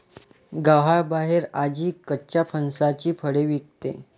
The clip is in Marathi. गावाबाहेर आजी कच्च्या फणसाची फळे विकते